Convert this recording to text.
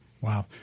Wow